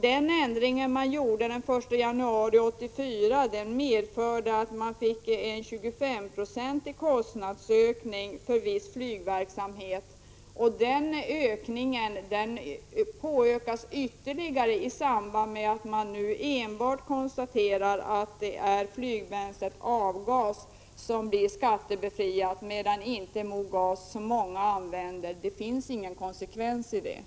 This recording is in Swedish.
Den ändring som gjordes den 1 januari 1984 medförde en 25-procentig kostnadsökning för viss flygverksamhet, och den ökningen späds nu på ytterligare genom att enbart flygbränslet Avgas skattebefrias men däremot inte Mogas, som används av så många. Det ligger ingen konsekvens i detta.